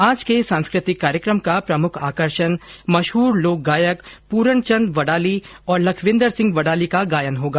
आज के सांस्कृतिक कार्यक्रम का प्रमुख आकर्षण मशहूर लोक गायक पूरणचन्द वड़ाली और लखविन्दर सिंह वड़ाली का गायन होगा